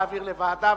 להעביר לוועדה,